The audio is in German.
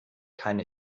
keine